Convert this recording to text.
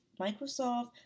Microsoft